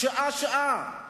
שעה-שעה.